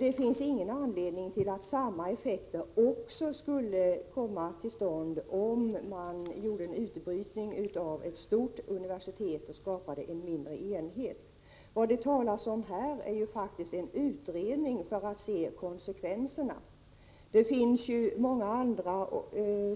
Vi har ingen anledning att tro att inte samma effekter skulle komma till stånd om man gjorde en utbrytning från ett stort universitet och skapade en mindre enhet. Vad det talas om här är faktiskt en utredning för att studera konsekvenserna. Det finns, som vi i folkpartiet tidigare har framhållit, många andra